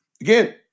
Again